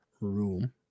room